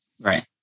Right